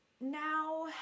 Now